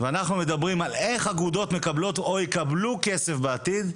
ומדברים על איך אגודות מקבלות או יקבלו כסף בעתיד,